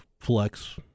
flex